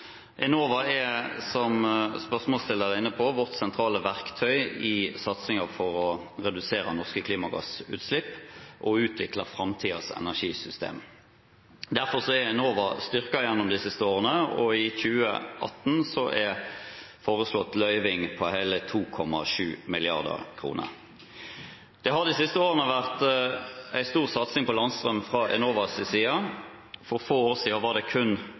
Enova er, som spørsmålsstilleren er inne på, vårt sentrale verktøy i satsingen for å redusere norske klimagassutslipp og utvikle framtidens energisystem. Derfor er Enova styrket gjennom de siste årene, og i 2018 er foreslått bevilgning på hele 2,7 mrd. kr. Det har de siste årene vært en stor satsing på landstrøm fra Enovas side. For få år siden var det kun